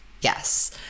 yes